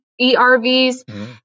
ERVs